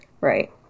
Right